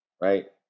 right